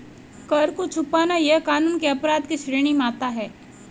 कर को छुपाना यह कानून के अपराध के श्रेणी में आता है